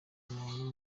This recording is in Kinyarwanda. umuntu